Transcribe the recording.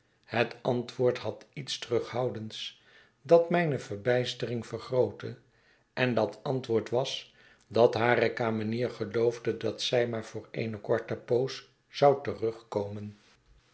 het antwoord had iets terughoudends dat myne verbijstering vergrootte en dat antwoord was dat hare kamenier geloofde dat zij maar voor eene korte poos zou terugkomen